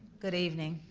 good evening.